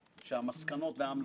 היועצים המקצועיים,